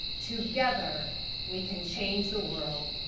together we can change the world.